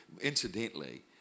incidentally